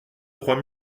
trois